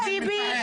טיבי,